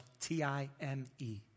T-I-M-E